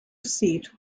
seat